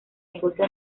negocio